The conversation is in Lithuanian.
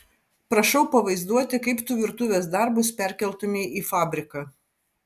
prašau pavaizduoti kaip tu virtuvės darbus perkeltumei į fabriką